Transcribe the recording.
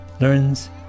learns